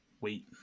wait